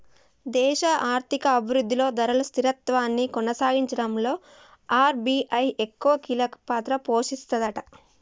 దేశ ఆర్థిక అభివృద్ధిలో ధరలు స్థిరత్వాన్ని కొనసాగించడంలో ఆర్.బి.ఐ ఎక్కువ కీలక పాత్ర పోషిస్తదట